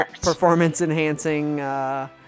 performance-enhancing